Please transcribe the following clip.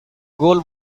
goal